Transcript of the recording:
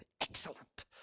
Excellent